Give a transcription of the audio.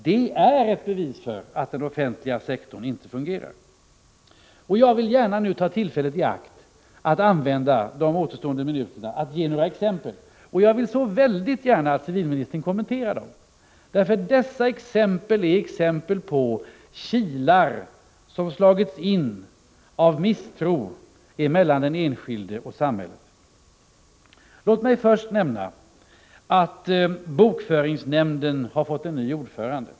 Det är ett bevis för att den offentliga sektorn inte fungerar. Jag vill gärna ta tillfället i akt och använda de återstående minuterna av min taletid för att ge några exempel, som jag verkligen hoppas att civilministern vill kommentera. Exemplen visar hur kilar av misstro har slagits in mellan den enskilde och samhället. Låt mig först nämna bokföringsnämnden, som har fått en ny ordförande.